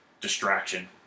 distraction